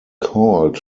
called